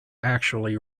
actually